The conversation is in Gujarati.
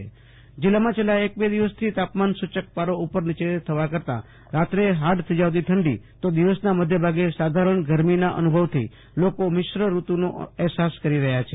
આશુતોષ અંતાણી ક ચ્છ હવામાન જીલ્લામાં છેલ્લા એક બે દિવસથી તાપમાન સૂચક પારો ઉપર નીચે થયા કરતા રાત્રે હદ થીજાવતી ઠંડી તો દિવસના મધ્યભાગે સાધારણ ગરમીનો અનુભવ થવાથી લોકો મિશ્ર ઋતુનો અહેસાસ કરી રહ્યા છે